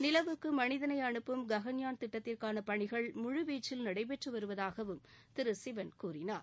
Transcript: நிலவுக்கு மனிதளை அனுப்பும் ககன்யான் திட்டத்திற்கான பணிகள் முழுவீச்சில் நடைபெற்று வருவதாகவும் திரு சிவன் கூறினார்